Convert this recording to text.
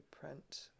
print